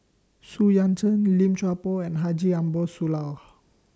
Xu Yuan Zhen Lim Chuan Poh and Haji Ambo Sooloh